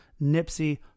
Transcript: Nipsey